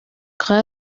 grace